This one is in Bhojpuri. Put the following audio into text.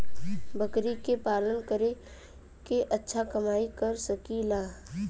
बकरी के पालन करके अच्छा कमाई कर सकीं ला?